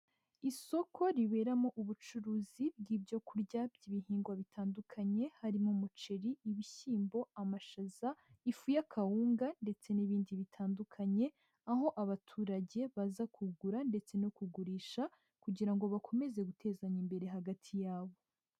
Isoko riberamo ubucuruzi bw'ibyo kurya by'ibihingwa bitandukanye, harimo: umuceri, ibishyimbo, amashaza, ifu y'akawunga ndetse n'ibindi bitandukanye, aho abaturage baza kugura ndetse no kugurisha kugira ngo bakomeze gutezanya imbere hagati yabo.